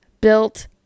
built